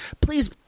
please